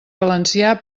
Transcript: valencià